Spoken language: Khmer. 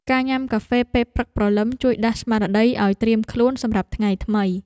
ការញ៉ាំកាហ្វេពេលព្រឹកព្រលឹម ជួយដាស់ស្មារតីឱ្យត្រៀមខ្លួនសម្រាប់ថ្ងៃថ្មី។